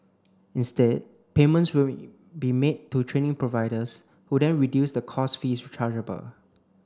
instead payments will be made to training providers who then reduce the course fees chargeable